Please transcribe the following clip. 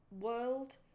world